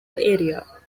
area